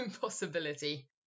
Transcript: possibility